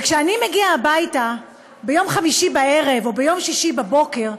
וכשאני מגיע הביתה ביום חמישי בערב או ביום שישי בבוקר,